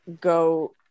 go